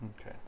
Okay